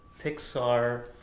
Pixar